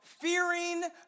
fearing